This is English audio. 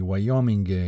Wyoming